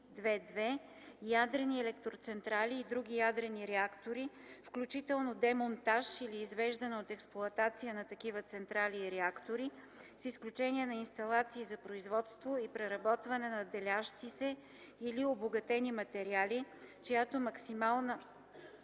Ядрени електроцентрали и други ядрени реактори, включително демонтаж или извеждане от експлоатация на такива централи и реактори, с изключение на инсталации за производство и преработване на делящите се или обогатени материали, чиято максимална